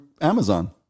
Amazon